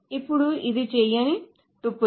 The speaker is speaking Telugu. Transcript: ఇప్పుడు ఇది చేయని టుపుల్